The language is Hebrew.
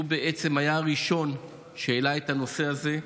שהוא היה הראשון שהעלה את הנושא הזה.